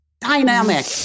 dynamic